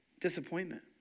disappointment